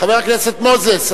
חבר הכנסת מוזס,